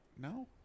No